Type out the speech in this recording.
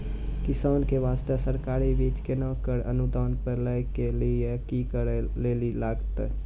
किसान के बास्ते सरकारी बीज केना कऽ अनुदान पर लै के लिए की करै लेली लागतै?